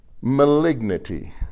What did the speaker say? Malignity